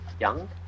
young